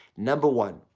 number one,